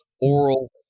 oral